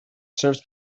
serves